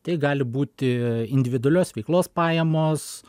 tai gali būti individualios veiklos pajamos